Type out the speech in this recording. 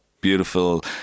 beautiful